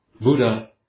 Buddha